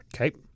Okay